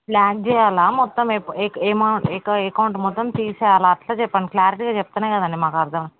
black చెయ్యాలా మొత్తం account మొత్తం తీసెయ్యాలా అలా చెప్పండి క్లారిటీగా చెప్తేనే కదండి మాకు అర్ధం